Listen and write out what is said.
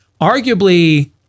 Arguably